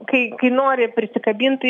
kai kai nori prisikabint tai